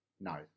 No